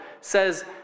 says